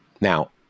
now